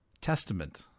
testament